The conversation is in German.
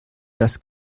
das